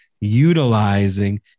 utilizing